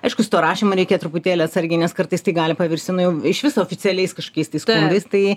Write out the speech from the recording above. aišku su tuo rašymu reikia truputėlį atsargiai nes kartais tai gali pavirsti nu jau iš viso oficialiais kažkokiais tai skundais tai